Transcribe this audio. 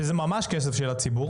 שהוא ממש כסף של הציבור